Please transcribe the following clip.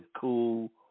cool